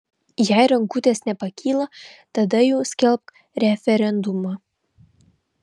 jei rankutės nepakyla tada jau skelbk referendumą